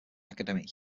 academic